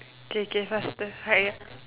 k k faster hurry up